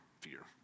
fear